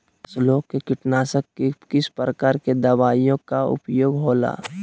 फसलों के कीटनाशक के किस प्रकार के दवाइयों का उपयोग हो ला?